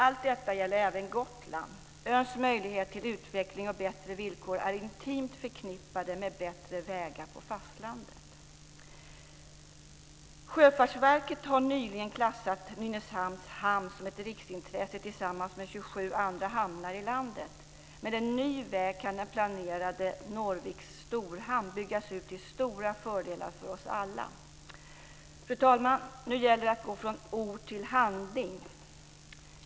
Allt detta gäller även för Gotland. Öns möjligheter till utveckling och bättre villkor är intimt förknippade med bättre vägar på fastlandet. Sjöfartsverket har nyligen klassat Nynäshamns hamn som ett riksintresse tillsammans med 27 andra hamnar i landet. Med en ny väg kan den planerade Norviks storhamn byggas ut till stora fördelar för oss alla. Fru talman! Nu gäller det att gå från ord till handling.